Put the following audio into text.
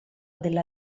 della